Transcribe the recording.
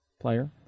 player